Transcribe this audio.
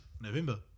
November